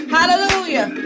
Hallelujah